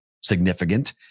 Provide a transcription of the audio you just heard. significant